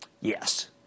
Yes